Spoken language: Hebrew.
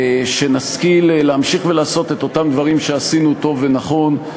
שנשכיל להמשיך ולעשות את אותם דברים שעשינו טוב ונכון,